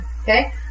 okay